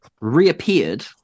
reappeared